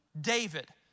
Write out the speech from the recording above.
David